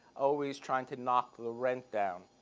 always trying to knock the rent down.